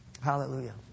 Hallelujah